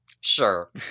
Sure